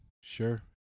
sure